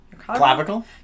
clavicle